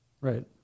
Right